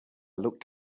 looked